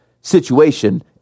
situation